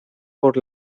por